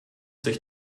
sich